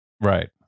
right